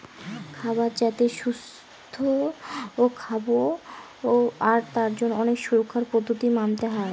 খাবার যাতে সুস্থ ভাবে খাবো তার জন্য অনেক সুরক্ষার পদ্ধতি মানতে হয়